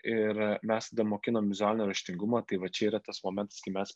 ir mes tada mokinam vizualinio raštingumo tai va čia yra tas momentas kai mes